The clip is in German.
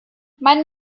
mein